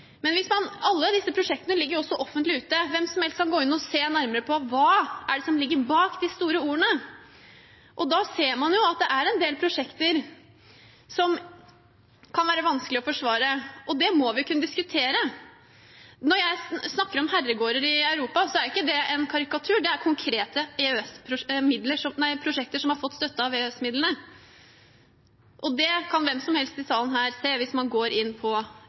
se nærmere på hva det er som ligger bak de store ordene. Da ser man at det er en del prosjekter som det kan være vanskelig å forsvare, og det må vi kunne diskutere. Når jeg snakker om herregårder i Europa, er ikke det en karikatur, det er konkrete prosjekter som har fått støtte av EØS-midlene. Det kan hvem som helst i salen her se hvis de går inn på